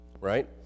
Right